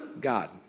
God